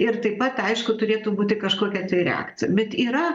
ir taip pat aišku turėtų būti kažkokia tai reakcija bet yra